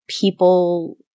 people